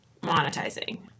monetizing